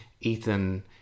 Ethan